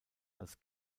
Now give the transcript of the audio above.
als